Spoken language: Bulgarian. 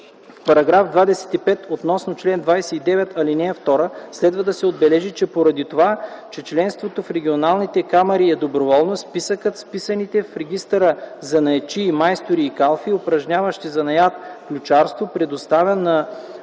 9. В § 25 относно чл. 29, ал. 2 следва да се отбележи, че поради това, че членството в регионалните камари е доброволно, списъкът с вписаните в регистъра занаятчии, майстори и калфи, упражняващи занаят ключарство, предоставян на